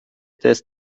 des